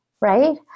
Right